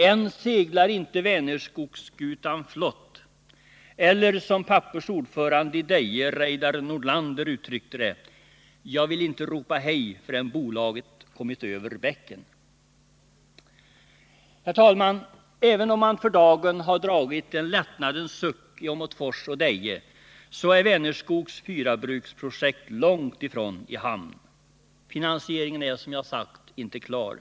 Än seglar inte Vänerskogsskutan flott eller, som Pappers ordförande i Deje Reidar Nordlander uttryckte det: Jag vill inte ropa hej förrän bolaget kommit över bäcken. Herr talman! Även om man för dagen har dragit en lättnadens suck i Nr 26 - Åmotfors och Deje, så är Vänerskogs fyrabruksprojekt långt ifrån i hamn. Måndagen den Finansieringen är, som jag har sagt, inte klar.